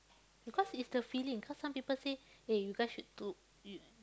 because it's the feeling cause some people say eh you guys should to you